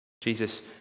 Jesus